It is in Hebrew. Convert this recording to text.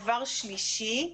דבר שלישי,